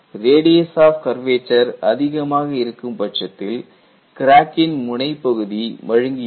radius of curvature அதிகமாக இருக்கும்பட்சத்தில் கிராக்கின் முனைப்பகுதி மழுங்கி இருக்கும்